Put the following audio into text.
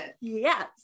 yes